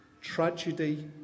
Tragedy